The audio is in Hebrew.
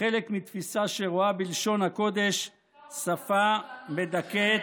כחלק מתפיסה שרואה בלשון הקודש שפה מדכאת